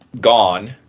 gone